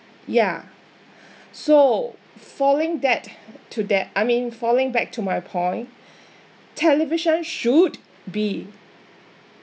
yeah so falling that to that I mean falling back to my point television should be